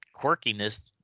quirkiness